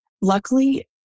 luckily